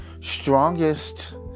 strongest